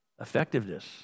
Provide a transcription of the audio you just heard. effectiveness